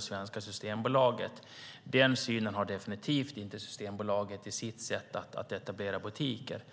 Den synen har Systembolaget definitivt inte när det gäller att etablera butiker.